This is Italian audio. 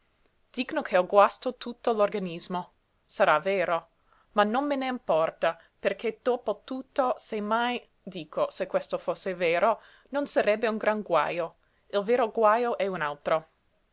dicono che ho guasto tutto l'organismo sarà vero ma non me n importa perché dopo tutto se mai dico se questo fosse vero non sarebbe un gran guajo il vero guajo è un altro